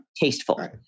tasteful